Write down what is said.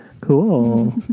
Cool